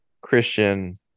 Christian